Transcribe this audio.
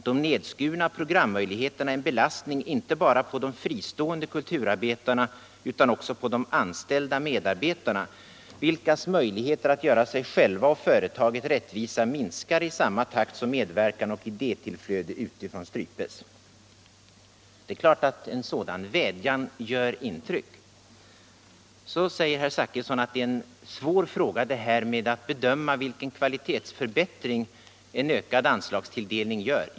De nedskurna programmöjligheterna är en belastning inte bara på de fristående kulturarbetarna utan också på de anställda medarbetarna, vilkas möjligheter att göra sig själva och företaget rättvisa minskar i saznma takt som medverkan och idétillflöde utifrån strypes.” Det är klart att cn sådan vädjan gör intryck. Så säger herr Zachrisson att det är en svår fråga att bedöma vilken kvalitetsförbättring en ökad anslagstilldelning medför.